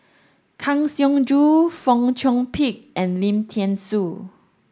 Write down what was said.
Kang Siong Joo Fong Chong Pik and Lim Thean Soo